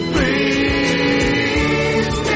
Please